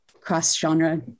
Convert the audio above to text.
cross-genre